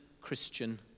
Christian